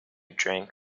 drank